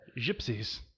Gypsies